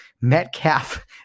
Metcalf